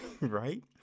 right